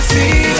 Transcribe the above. See